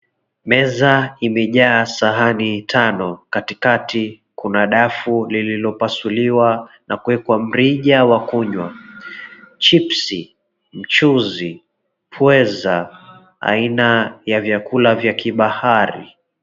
Meza imejaa sahani tano. Katikati kuna dafu lililopasuliwa na kuwekwa mrija wa kunywa. Chipsi, mchuzi, pweza, aina ya vyakula vya kibahari.